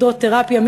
הידרותרפיה,